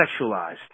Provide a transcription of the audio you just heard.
sexualized